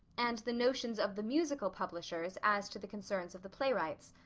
and the notions of the musical publishers as to the concerns of the playwrights.